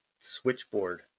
switchboard